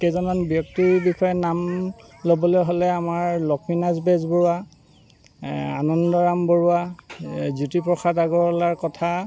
কেইজনমান ব্যক্তিৰ বিষয়ে নাম ল'বলৈ হ'লে আমাৰ লক্ষ্মীনাথ বেজবৰুৱা আনন্দৰাম বৰুৱা জ্যোতিপ্ৰসাদ আগৰৱালাৰ কথা